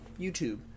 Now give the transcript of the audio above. YouTube